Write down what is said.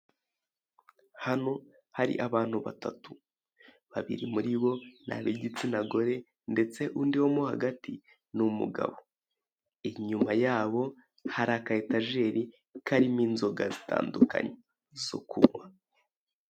Hano hari abantu batatu babiri muribo n'abigitsina gore ndetse undi wo mohagati n'umugabo inyuma yabo hari aka etajeri karimo inzoga zitandukanye zo kunkwa.